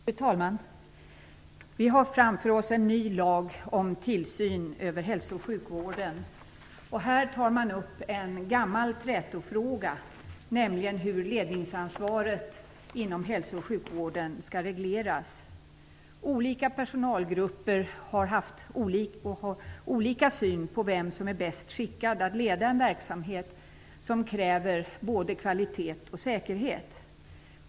Fru talman! Vi har framför oss en ny lag om tillsyn över hälso och sjukvården. Man tar upp en gammal trätofråga, nämligen hur ledningsansvaret inom hälso och sjukvården skall regleras. Olika personalgrupper har olika syn på vem som är bäst skickad att leda en verksamhet som kräver både kvalitet och säkerhet.